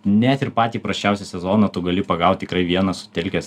net ir patį prasčiausią sezoną tu gali pagaut tikrai vienas sutelkęs